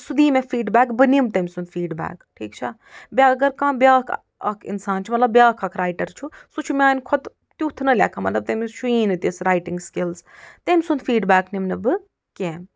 تہٕ سُہ دِی مےٚ فیٖڈبیک بہٕ نِم تٔمۍ سنٛد فیٖڈبیک ٹھیٖک چھا بیٚیہِ اگر کانٛہہ بیٛاکھ اکھ اِنسان چھُ مطلب بیٛاکھ اکھ رایٹر چھُ سُہ چھُ میانہِ کھۄتہٕ تیُتھ نہٕ لٮ۪کھان مطلب تٔمِس چھُیی نہٕ تِژھ رایٹِنٛگ سِکِلٕز تٔمۍ سُنٛد فیٖڈبیک نِم نہٕ بہٕ کیٚنٛہہ